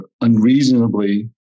unreasonably